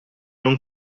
non